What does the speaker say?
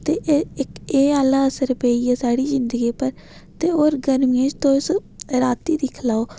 ते इक एह् आह्ला असर पेई गेआ साढ़ी जिंदगी उप्पर ते होर गर्मियें च तुस रातीं दिक्खी लैओ